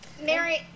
mary